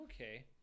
okay